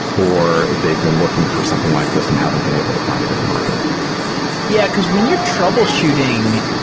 or they've been looking for something like this and haven't been able to find it in the market yeah, because when you're troubleshooting,